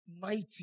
mighty